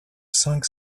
cinq